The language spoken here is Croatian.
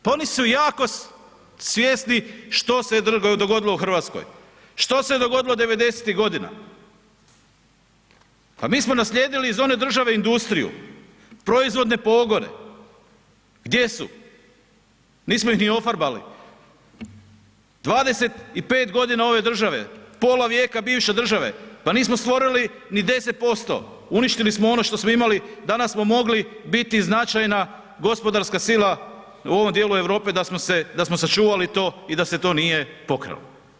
Pa oni su jako svjesni što se dogodilo u RH, što se dogodilo 90.-tih godina, pa mi smo naslijedili iz one države industriju, proizvodne pogone, gdje su, nismo ih ni ofarbali, 25.g. ove države, pola vijeka bivše države, pa nismo stvorili ni 10%, uništili smo ono što smo imali, danas smo mogli biti značajna gospodarska sila u ovom dijelu Europe da smo sačuvali to i da se to nije pokralo.